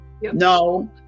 No